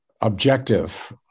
objective